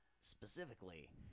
specifically